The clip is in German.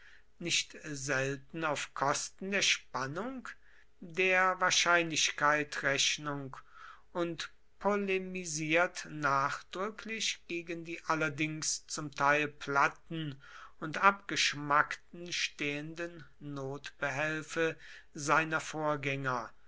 nicht selten auf kosten der spannung der wahrscheinlichkeit rechnung und polemisiert nachdrücklich gegen die allerdings zum teil platten und abgeschmackten stehenden notbehelfe seiner vorgänger